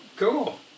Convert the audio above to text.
Cool